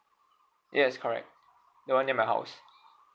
yes correct the one near my house